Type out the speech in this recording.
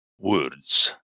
words